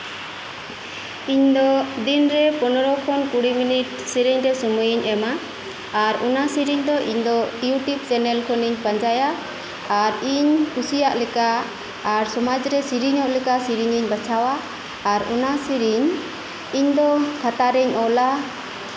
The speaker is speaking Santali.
ᱤᱧ ᱫᱚ ᱫᱤᱱᱨᱮ ᱯᱚᱱᱮᱨᱳ ᱠᱷᱚᱱ ᱠᱩᱲᱤ ᱢᱤᱱᱤᱴ ᱥᱮᱨᱮᱧ ᱨᱮ ᱥᱚᱢᱚᱭ ᱤᱧ ᱮᱢᱟ ᱟᱨ ᱚᱱᱟ ᱥᱮᱨᱮᱧ ᱫᱚ ᱤᱧᱫᱚ ᱤᱭᱩᱴᱩᱵ ᱪᱮᱱᱮᱞ ᱠᱷᱚᱱᱤᱧ ᱯᱟᱸᱡᱟᱭᱟ ᱟᱨ ᱠᱩᱥᱤᱭᱟᱜ ᱞᱮᱠᱟ ᱟᱨ ᱥᱚᱢᱟᱡᱨᱮ ᱥᱮᱨᱮᱧᱚᱜ ᱞᱮᱠᱟ ᱥᱮᱨᱮᱧ ᱤᱧ ᱵᱟᱪᱷᱟᱣᱟ ᱟᱨ ᱚᱱᱟ ᱥᱮᱨᱮᱧ ᱤᱧ ᱫᱳ ᱠᱷᱟᱛᱟᱨᱤᱧ ᱚᱞᱟ